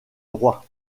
droit